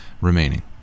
remaining